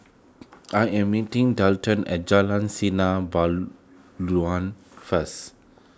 I am meeting Delton at Jalan Sinar first